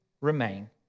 remain